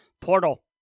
Portal